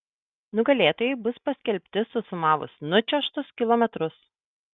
nugalėtojai bus paskelbti susumavus nučiuožtus kilometrus